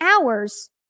hours